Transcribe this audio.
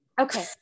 Okay